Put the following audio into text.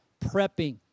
prepping